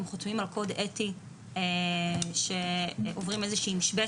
הם חותמים על קוד אתי שקשורה לגבולות,